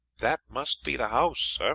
that must be the house, sir,